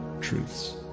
truths